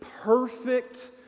perfect